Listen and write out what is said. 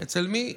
אצל מי?